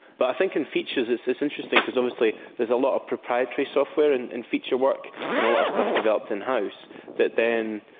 but i think in features it's it's interesting because obviously there's a lot of proprietary software and in feature work and a lot of stuff developed in-house that then,